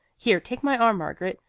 here, take my arm, margaret.